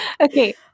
Okay